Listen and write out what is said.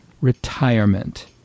retirement